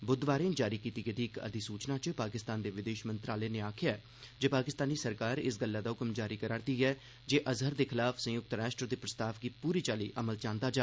बुधवारें जारी कीती गेदी इक अधिसूचना च पाकिस्तान दे विदेश मंत्रालय नै आखेआ ऐ जे पाकिस्तानी सरकार इस्स गल्लै दा हुक्म जारी करा'रदी ऐ जे अज़हर दे खलाफ संयुक्त राष्ट्र दे प्रस्ताव गी पूरी चाल्ली अमल च आंदा जा